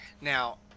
Now